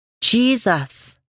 Jesus